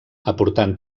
aportant